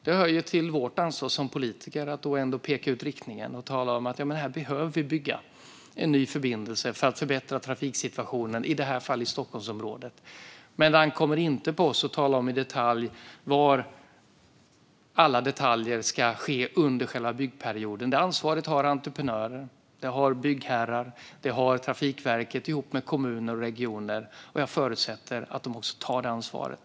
Det hör till vårt ansvar som politiker att ändå peka ut riktningen och tala om att det behöver byggas en ny förbindelse för att förbättra trafiksituationen, i det här fallet i Stockholmsområdet, men det ankommer inte på oss att tala om i detalj hur allt ska göras under själva byggperioden. Det ansvaret har entreprenörer, byggherrar och Trafikverket ihop med kommuner och regioner, och jag förutsätter att de också tar det ansvaret.